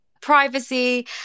privacy